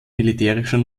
militärischer